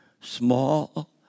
small